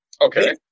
Okay